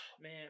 Man